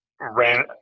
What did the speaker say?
ran